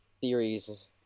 theories